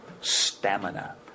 stamina